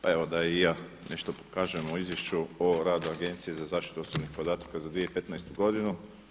Pa evo da i ja nešto kažem o Izvješću o radu Agencije za zaštitu osobnih podataka za 2015. godinu.